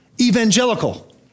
Evangelical